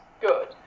good